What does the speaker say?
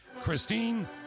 Christine